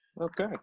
Okay